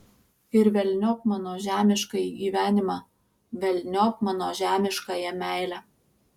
ir velniop mano žemiškąjį gyvenimą velniop mano žemiškąją meilę